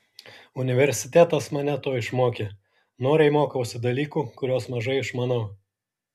universitetas mane to išmokė noriai mokausi dalykų kuriuos mažai išmanau